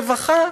רווחה,